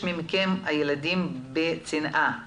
והילדים שיכולים לגדול באהבה ואושר,